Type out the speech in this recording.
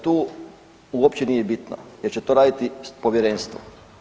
Tu uopće nije bitno jer će to raditi Povjerenstvo.